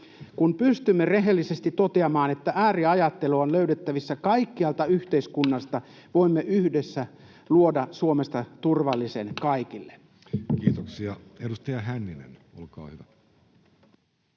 Kun pystymme rehellisesti toteamaan, että ääriajattelua on löydettävissä kaikkialta yhteiskunnasta, voimme yhdessä luoda Suomesta turvallisen kaikille. [Speech 26] Speaker: Jussi Halla-aho